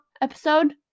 episode